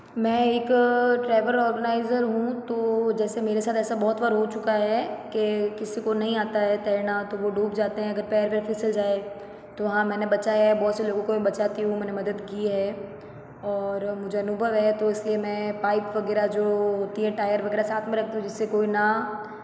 मैं एक travel organiser हूँ तो जैसे मेरे साथ ऐसा बहुत बार हो चुका है के किसी को नहीं आता है तैरना तो वो डूब जाते हैं अगर पैर वैर फ़िसल जाए तो हाँ मैंने बचाया है बहुत से लोगों को बचाती हूँ मैंने मदद की है और मुझे अनुभव है तो इसलिए मैं पाइप वगैरह जो होती है टायर वगैरह साथ में रखती हूँ जिस से कोई ना